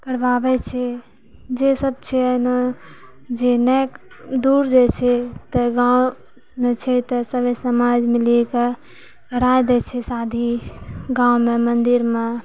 करबाबै छै जे सभ छै एहिमे जे नहि दूर जाइ छै तऽ गाँवमे छै तऽ सभी समाज मिलिके कराइ दै छै शादी गाँवमे मन्दिरमे